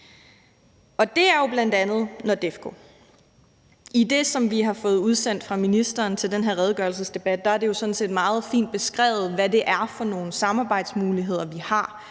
det er jo bl.a. NORDEFCO. I det, som vi har fået udsendt fra ministeren til den her redegørelsesdebat, er det jo sådan set meget fint beskrevet, hvad det er for nogle samarbejdsmuligheder, vi har